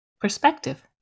perspective